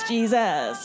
Jesus